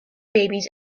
babies